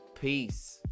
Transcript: Peace